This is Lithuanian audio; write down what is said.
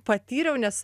patyriau nes